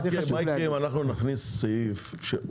מה יקרה אם אנחנו נכניס סעיף,